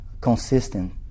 consistent